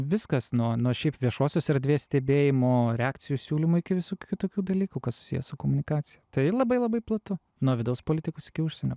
viskas nuo nuo šiaip viešosios erdvės stebėjimo reakcijų siūlymų iki visokių kitokių dalykų kas susiję su komunikacija tai labai labai platu nuo vidaus politikos iki užsienio